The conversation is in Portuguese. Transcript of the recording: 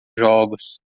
jogos